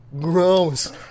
Gross